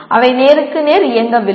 அவை நேருக்கு நேர் இயங்கவில்லை